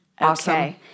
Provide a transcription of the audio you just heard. Awesome